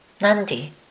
Nandi